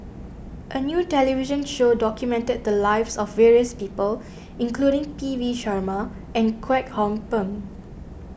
a new television show documented the lives of various people including P V Sharma and Kwek Hong Png